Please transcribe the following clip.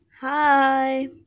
Hi